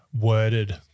worded